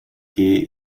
year